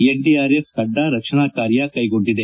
N ಡಿಆರ್ ಎಫ್ನ ತಂಡ ರಕ್ಷಣಾ ಕಾರ್ಯ ಕೈಗೊಂಡಿದೆ